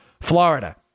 Florida